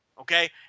Okay